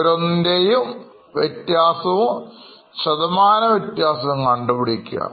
ഓരോitemത്തിൻറെയുംവ്യത്യാസവും ശതമാനം വ്യത്യാസവും കണ്ടുപിടിക്കുക